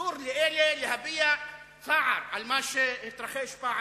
אסור לאלה להביע צער על מה שהתרחש פעם,